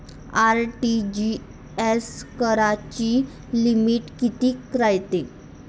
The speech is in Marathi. आर.टी.जी.एस कराची लिमिट कितीक रायते?